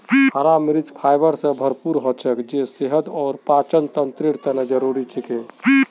हरा मरीच फाइबर स भरपूर हछेक जे सेहत और पाचनतंत्रेर तने जरुरी छिके